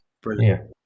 brilliant